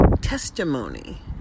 testimony